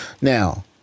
Now